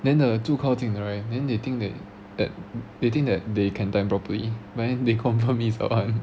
then the 最靠近的 right then they think that that they think that they can time properly then they confirm is not [one]